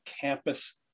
campus